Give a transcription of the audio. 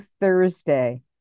Thursday